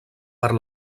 per